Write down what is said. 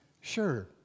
Sure